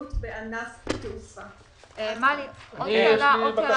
הפעילות בענף התעופה."" עוד שאלה